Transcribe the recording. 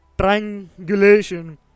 triangulation